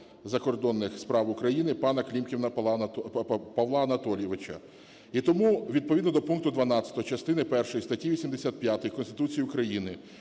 закордонних справ України пана Клімкіна Павла Анатолійовича. І тому відповідно до пункту 12 частини першої статті 85 Конституції України,